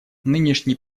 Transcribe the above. нынешний